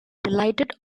delighted